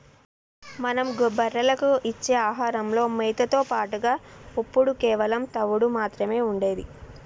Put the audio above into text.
మనం బర్రెలకు ఇచ్చే ఆహారంలో మేతతో పాటుగా ఒప్పుడు కేవలం తవుడు మాత్రమే ఉండేది